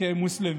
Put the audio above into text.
כמוסלמי,